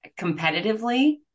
competitively